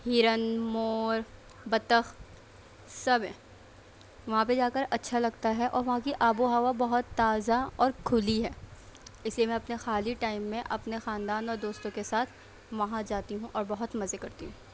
ہرن مور بطخ سب ہیں وہاں پہ جا کر اچھا لگتا ہے اور وہاں کی آب و ہوا بہت تازہ اور کُھلی ہے اِس لیے میں اپنے خالی ٹائم میں اپنے خاندان اور دوستوں کے ساتھ وہاں جاتی ہوں اور بہت مزے کرتی ہوں